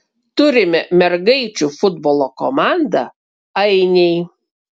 turime mergaičių futbolo komandą ainiai